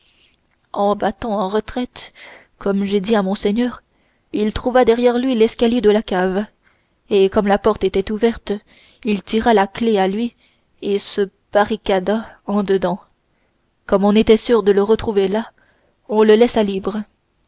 en battant en retraite comme j'ai dit à monseigneur il trouva derrière lui l'escalier de la cave et comme la porte était ouverte il tira la clef à lui et se barricada en dedans comme on était sûr de le retrouver là on le laissa libre